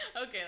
Okay